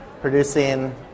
producing